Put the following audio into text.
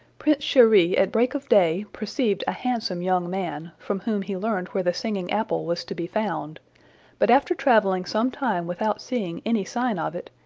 prince cheri at break of day perceived a handsome young man, from whom he learned where the singing-apple was to be found but after travelling some time without seeing any sign of it,